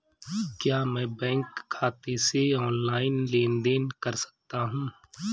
क्या मैं बैंक खाते से ऑनलाइन लेनदेन कर सकता हूं?